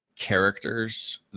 Characters